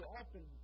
often